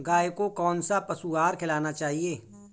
गाय को कौन सा पशु आहार खिलाना चाहिए?